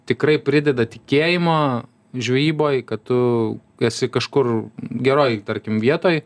tikrai prideda tikėjimo žvejyboj kad tu esi kažkur geroj tarkim vietoj